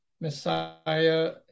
Messiah